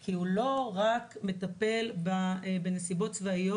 כי הוא לא מטפל רק בנסיבות צבאיות,